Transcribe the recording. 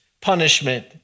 punishment